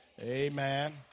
Amen